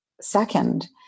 second